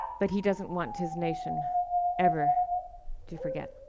but he doesn't want his nation ever to forget.